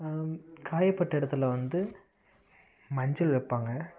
காயப்பட்ட இடத்துல வந்து மஞ்சள் வைப்பாங்க